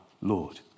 Lord